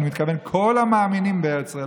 אני מתכוון כל המאמינים בארץ ישראל,